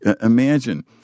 Imagine